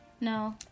No